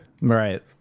Right